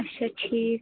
اچھا ٹھیٖک